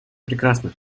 прекрасно